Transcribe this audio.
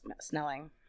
Snelling